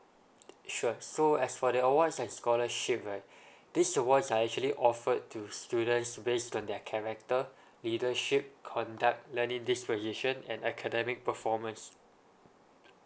sure so as for the awards and scholarship right these awards are actually offered to students based on their character leadership conduct learning disposition an academic performance